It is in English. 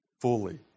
fully